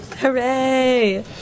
Hooray